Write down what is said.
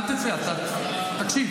אל תצא, תקשיב.